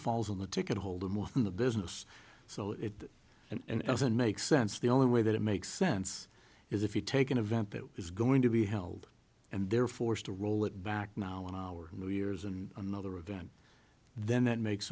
falls on the ticket holder more than the business so it and it doesn't make sense the only way that it makes sense is if you take an event that is going to be held and they're forced to roll it back now in our new years and another event then that makes